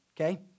Okay